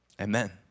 Amen